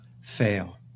fail